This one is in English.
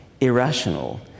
irrational